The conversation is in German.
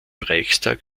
reichstag